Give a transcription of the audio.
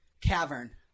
cavern